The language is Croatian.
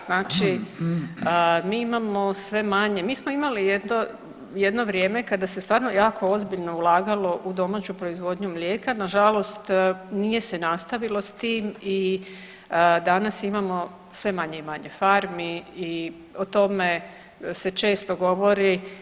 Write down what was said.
Znači mi imamo sve manje, mi smo imali jedno vrijeme kada se stvarno jako ozbiljno ulagalo u domaću proizvodnju mlijeka, nažalost nije se nastavilo s tim i danas imamo sve manje i manje farmi i o tome se često govori.